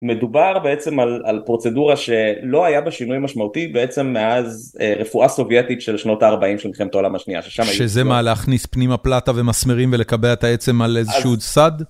מדובר בעצם על פרוצדורה שלא היה בה שינוי משמעותי בעצם מאז רפואה סובייטית של שנות ה-40 של מלחמת העולם השנייה, שזה מה - להכניס פנים פלטה ומסמרים ולקבע את העצם על איזשהו סד?